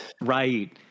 Right